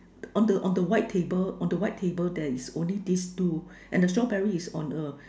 on the on the white table on the white table there is only these two and the strawberry is on the